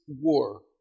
war